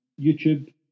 YouTube